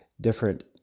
different